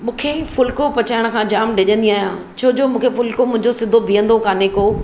मूंखे फुलिको पचाइणु खां जामु डिॼंदी आहियां छो जो फुलिको मुंहिंजो सिधो बीहंदो कान्हे को